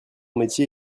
métier